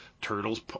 turtles